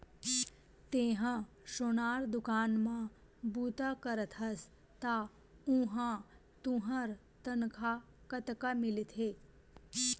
तेंहा सोनार दुकान म बूता करथस त उहां तुंहर तनखा कतका मिलथे?